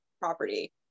property